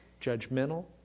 judgmental